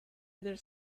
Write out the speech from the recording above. other